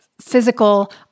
physical